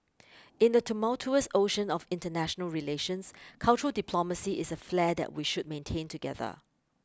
in the tumultuous ocean of international relations cultural diplomacy is a flare that we should maintain together